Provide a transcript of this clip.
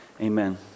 Amen